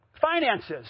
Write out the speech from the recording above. Finances